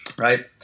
right